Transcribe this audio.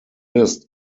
list